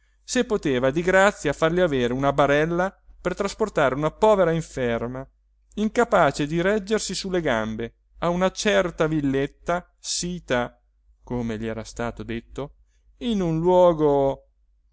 se poteva di grazia fargli avere una barella per trasportare una povera inferma incapace di reggersi sulle gambe a una certa villetta sita come gli era stato detto in un luogo